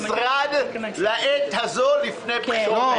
במשרד לעת הזאת לפני בחירות.